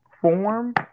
form